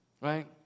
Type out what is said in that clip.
Right